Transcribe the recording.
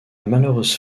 malheureuse